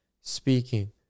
speaking